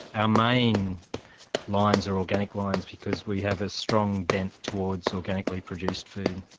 our main lines are organic lines because we have a strong bent towards organically produced food.